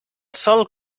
sol